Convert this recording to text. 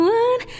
one